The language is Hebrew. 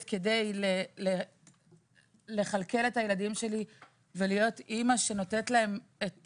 כדי לכלכל את הילדים שלי ולהיות אימא שנותנת להם את